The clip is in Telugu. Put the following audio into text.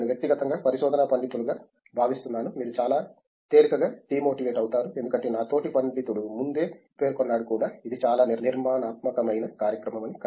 నేను వ్యక్తిగతంగా పరిశోధనా పండితులుగా భావిస్తున్నాను మీరు చాలా తేలికగా డీమోటివేట్ అవుతారు ఎందుకంటే నా తోటి పండితుడు ముందే పేర్కొన్నాడు కూడా ఇది చాలా నిర్మాణాత్మకమైన కార్యక్రమం అని